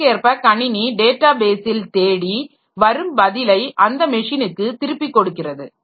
இதற்கேற்ப கணினி டேட்டாபேஸில் தேடி வரும் பதிலை அந்த மெஷினுக்கு திருப்பி கொடுக்கிறது